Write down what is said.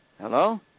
Hello